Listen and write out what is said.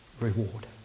reward